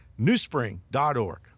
newspring.org